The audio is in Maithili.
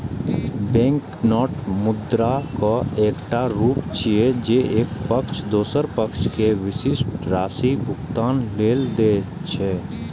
बैंकनोट मुद्राक एकटा रूप छियै, जे एक पक्ष दोसर पक्ष कें विशिष्ट राशि भुगतान लेल दै छै